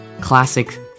Classic